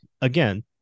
again